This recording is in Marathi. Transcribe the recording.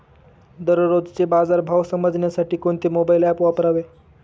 दररोजचे बाजार भाव समजण्यासाठी कोणते मोबाईल ॲप वापरावे?